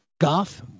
goth